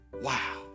Wow